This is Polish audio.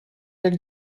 jak